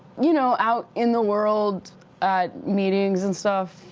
you know, out in the world, at meetings and stuff,